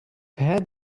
had